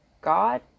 God